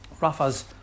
Rafa's